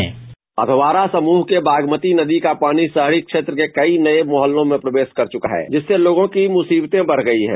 bite Bagmati नदी का पानी शहरी क्षेत्र के कई नये मोहल्लों में प्रवेश कर चुका है जिससे लोगों की मुसीबतें बढ़ गयी हैं